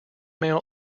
mail